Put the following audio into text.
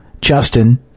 justin